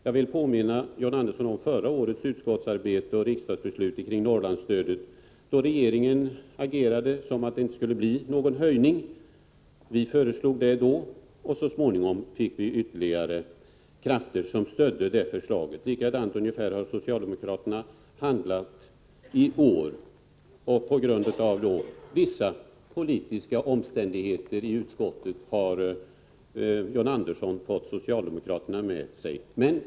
Jag vill påminna John Andersson om förra årets utskottsarbete och riksdagsbeslut när det gäller Norrlandsstödet. Regeringen agerade då som om det inte skulle bli någon höjning. Vi föreslog en höjning. Och så småningom fick vi ytterligare krafter som stödde vårt förslag. Socialdemokraterna har handlat på liknande sätt i år. Och på grund av vissa politiska omständigheter i utskottet har John Andersson fått socialdemokraterna med sig.